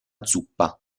zuppa